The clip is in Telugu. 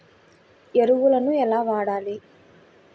ఎరువులను ఎలా వాడాలి?